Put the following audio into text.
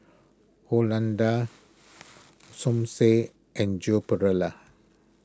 Han Lao Da Som Said and Joan Pereira